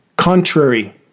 Contrary